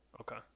Okay